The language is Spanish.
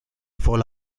fall